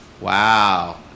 Wow